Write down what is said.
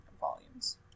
Volumes